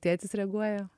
tėtis reaguoja